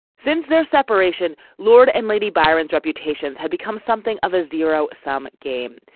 since their separation. lord and lady byron's reputations had become something of a zero sum game.